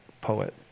poet